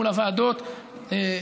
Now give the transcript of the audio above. מול הוועדות,